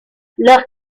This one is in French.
leur